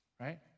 Right